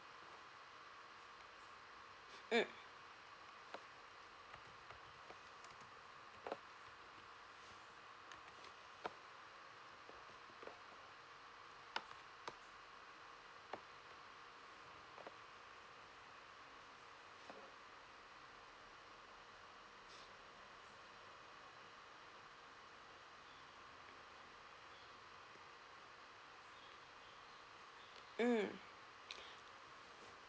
mm mm